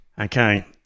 Okay